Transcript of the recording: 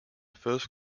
first